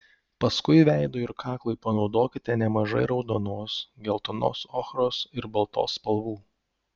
paskui veidui ir kaklui panaudokite nemažai raudonos geltonos ochros ir baltos spalvų